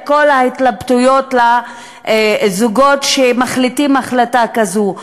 את כל ההתלבטויות לזוגות שמחליטים החלטה כזו,